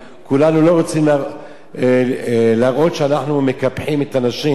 להראות שאנחנו מקפחים את הנשים בשכרן,